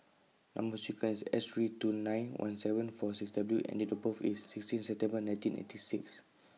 Number sequence IS S three two nine one seven four six W and Date of birth IS sixteen September nineteen eighty six